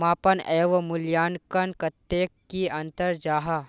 मापन एवं मूल्यांकन कतेक की अंतर जाहा?